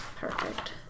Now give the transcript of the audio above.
Perfect